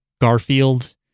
Garfield